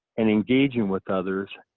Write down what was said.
and engaging with others,